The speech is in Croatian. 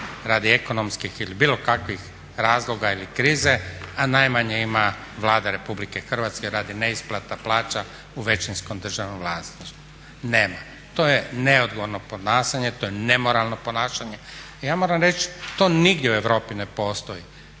radi ekonomskih ili bilo kakvih razloga ili krize a najmanje ima Vlada Republike Hrvatske radi neisplata plaća u većinskom državnom vlasništvu. Nema. To je neodgovorno ponašanje, to je nemoralno ponašanje. I ja moram reći to nigdje u Europi ne postoji